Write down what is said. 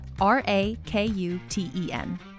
R-A-K-U-T-E-N